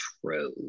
true